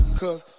cause